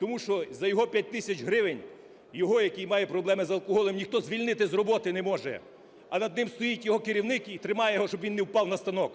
Тому що за його 5 тисяч гривень, його, який має проблеми з алкоголем, ніхто звільнити з роботи не може. А над ним стоїть його керівник і тримає його, щоб він не впав на станок.